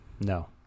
No